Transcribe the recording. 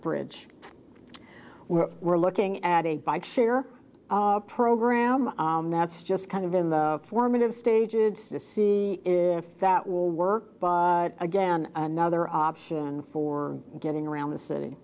bridge where we're looking at a bike share program that's just kind of in the formative stages to see if that will work again another option for getting around the city